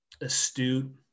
astute